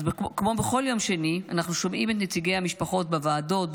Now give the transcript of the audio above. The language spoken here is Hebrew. אז כמו בכל יום שני אנחנו שומעים את נציגי המשפחות בוועדות,